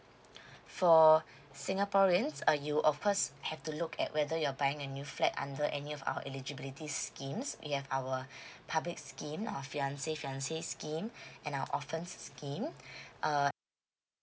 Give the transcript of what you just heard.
for singaporeans uh you of course have to look at whether your are buying a new flat under any of our eligibility schemes you have our public scheme or fiancé fiancée scheme and our orphans scheme uh